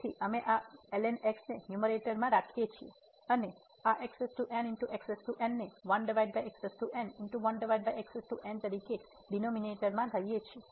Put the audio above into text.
તેથી અમે આ ને ન્યૂમેરેટર માં રાખીએ છીએ અને આ ને તરીકે ડિનોમિનેટરમાં લઈએ છીએ